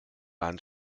ans